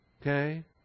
okay